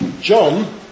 John